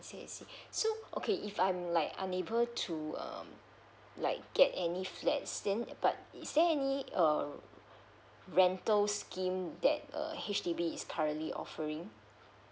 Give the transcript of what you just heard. I see I see so okay if I'm like unable to um like get any flats then but is there any um rental scheme that err H_D_B is currently offering